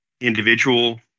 individual